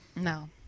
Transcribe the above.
No